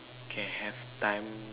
can have time